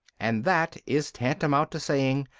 and that is tantamount to saying,